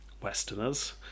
Westerners